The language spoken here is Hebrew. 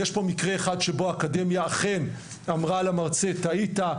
יש פה מקרה אחד שבו האקדמיה אכן אמרה למרצה טעית,